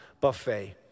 buffet